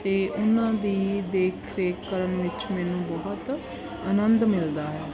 ਅਤੇ ਉਹਨਾਂ ਦੀ ਦੇਖ ਰੇਖ ਕਰਨ ਵਿੱਚ ਮੈਨੂੰ ਬਹੁਤ ਆਨੰਦ ਮਿਲਦਾ ਹੈ